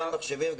גם המחשבים,